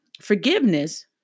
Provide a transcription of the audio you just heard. Forgiveness